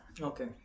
Okay